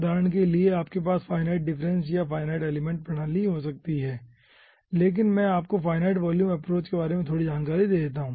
उदाहरण के लिए आपके पास फाईनाइट डिफरेंस या फाईनाइट एलीमेंट कार्यप्रणाली हो सकती है लेकिन मै आपको फाईनाइट वॉल्यूम एप्रोच के बारे में थोड़ी जानकारी देता हूं